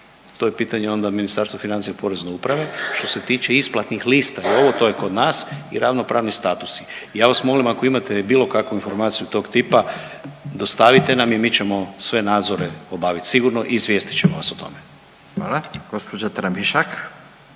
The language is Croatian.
to je pitanje onda Ministarstva financija, Porezne uprave. Što se tiče isplatnih lista ovo to je kod nas i ravnopravni statusi. Ja vas molim ako imate bilo kakvu informaciju tog tipa dostavite nam i mi ćemo sve nadzore obaviti sigurno i izvijestit ćemo vas o tome. **Radin, Furio